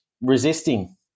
resisting